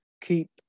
keep